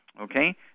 Okay